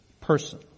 person